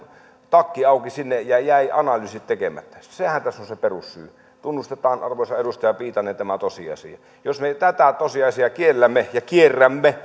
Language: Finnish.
takki auki sinne ja jäi analyysit tekemättä sehän tässä on se perussyy tunnustetaan arvoisa edustaja viitanen tämä tosiasia jos me tätä tosiasiaa kiellämme ja kierrämme